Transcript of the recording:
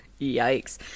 Yikes